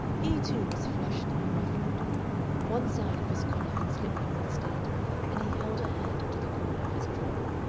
he too was flushed and ruffled one side of his collar had slipped from its stud and he held a hand to the corner of his jaw.